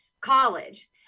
college